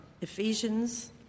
Ephesians